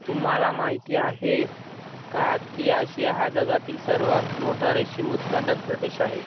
तुम्हाला माहिती आहे का की आशिया हा जगातील सर्वात मोठा रेशीम उत्पादक प्रदेश आहे